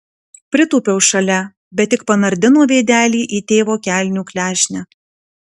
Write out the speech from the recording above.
pritūpiau šalia bet tik panardino veidelį į tėvo kelnių klešnę